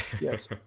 Yes